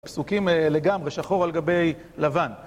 פסוקים לגמרי, שחור על גבי לבן